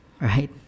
Right